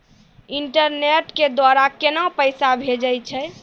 Internet के द्वारा केना पैसा भेजय छै?